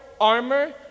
armor